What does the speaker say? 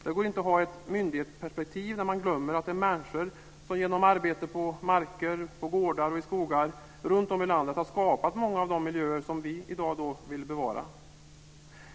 Det går inte att ha ett myndighetsperspektiv där man glömmer att det är människor som genom arbete på marker, på gårdar och skogar runtom i landet har skapat många av de miljöer som vi i dag vill bevara.